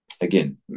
Again